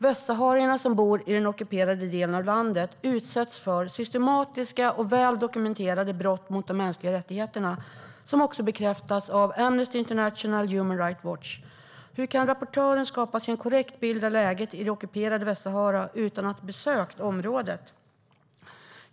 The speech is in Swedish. Västsaharier som bor i den ockuperade delen av landet utsätts för systematiska och väldokumenterade brott mot de mänskliga rättigheterna, vilket också bekräftas av Amnesty International och Human Rights Watch. Hur kan rapportören skapa sig en korrekt bild av läget i det ockuperade Västsahara utan att ha besökt området?